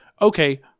Okay